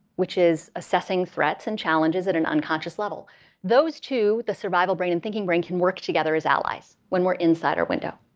which is assessing threats and challenges at an unconscious level those two, the survival brain and thinking brain, can work together as allies when we're inside our window.